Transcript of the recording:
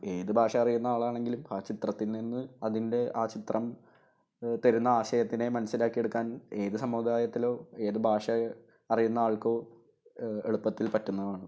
ഏത് ഭാഷ അറിയുന്ന ആളാണെങ്കിലും ആ ചിത്രത്തിൽ നിന്ന് അതിൻ്റെ ആ ചിത്രം തരുന്ന ആശയത്തിനെ മനസ്സിലാക്കിയെടുക്കാൻ ഏത് സമുദായത്തിലോ ഏത് ഭാഷ അറിയുന്ന ആൾക്കോ എളുപ്പത്തിൽ പറ്റുന്നതാണ്